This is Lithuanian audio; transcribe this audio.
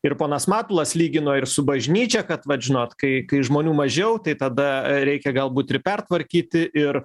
ir ponas matulas lygino ir su bažnyčia kad vat žinot kai kai žmonių mažiau tai tada reikia galbūt ir pertvarkyti ir